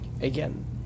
Again